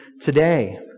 today